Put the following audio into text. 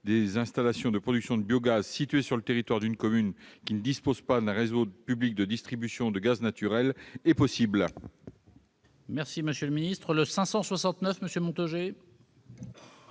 des installations de production de biogaz situées sur le territoire d'une commune qui ne dispose pas d'un réseau public de distribution de gaz naturel est possible. L'amendement n° 569 rectifié ,